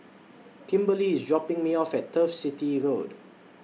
Kimberlee IS dropping Me off At Turf City Road